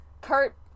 Kurt